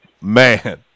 man